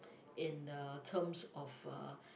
in the terms of uh